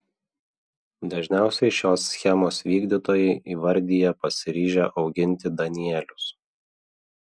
dažniausiai šios schemos vykdytojai įvardija pasiryžę auginti danielius